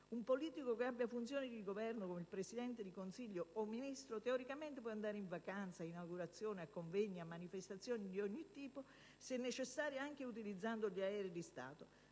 Un politico che abbia funzioni di governo, come il Presidente del Consiglio o un Ministro, teoricamente può andare in vacanza, alle inaugurazioni, a convegni, a manifestazioni di ogni tipo, se necessario anche utilizzando gli aerei di Stato,